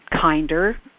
kinder